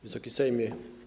Wysoki Sejmie!